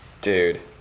Dude